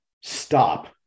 stop